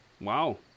Wow